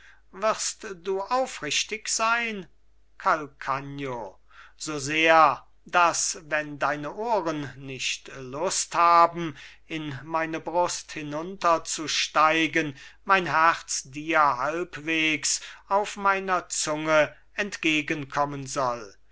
wirst du aufrichtig sein calcagno so sehr daß wenn deine ohren nicht lust haben in meine brust hinunterzusteigen mein herz dir halbwegs auf meiner zunge entgegenkommen soll